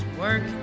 work